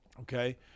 okay